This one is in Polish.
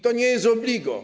To nie jest obligo.